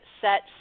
set